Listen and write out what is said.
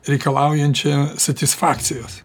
reikalaujančia satisfakcijos